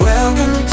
Welcome